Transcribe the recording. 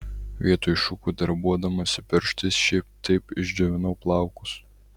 vietoj šukų darbuodamasi pirštais šiaip taip išsidžiovinu plaukus